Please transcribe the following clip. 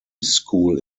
school